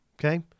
Okay